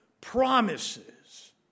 promises